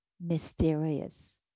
mysterious